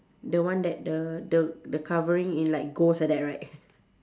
the one that the the the covering in like ghost like that right